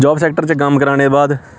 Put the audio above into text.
job sector च कम्म कराने दे बाद